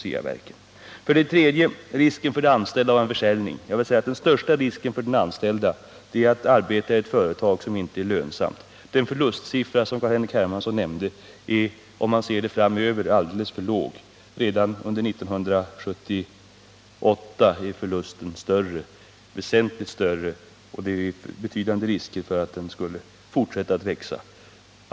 Som ett tredje argument anförde Carl-Henrik Hermansson att en försäljning skulle medföra risk för att de anställdas sysselsättning skulle minska. Jag vill till detta säga att den största risken för de anställda vore att tvingas arbeta i ett företag som inte är lönsamt. Den förlustsiffra som Carl-Henrik Hermansson nämnde är, om man ser det på sikt, alldeles för låg. Bara under 1978 är förlusten väsentligt större, och det är betydande risk för att den skall fortsätta att växa.